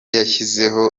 yashyizeho